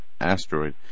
asteroid